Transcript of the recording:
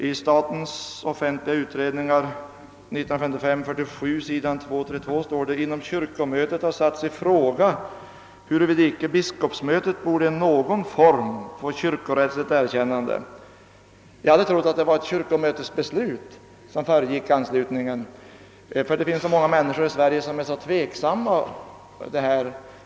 I SOU 1955: 47, sidan 232 står det: »Inom kyrkomötet ——— har satts i fråga huruvida icke biskopsmötet borde i någon form få kyrkorättsligt erkännande.» Jag hade trott att det var ett kyrkomötesbeslut som föregick anslutligen, och det finns många människor i Sverige som är tveksamma om detta.